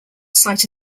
site